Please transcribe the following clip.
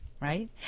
Right